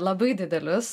labai didelius